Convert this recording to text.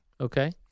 Okay